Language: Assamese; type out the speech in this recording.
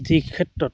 যি ক্ষেত্ৰত